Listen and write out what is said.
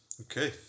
Okay